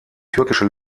türkische